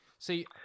See